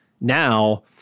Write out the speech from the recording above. now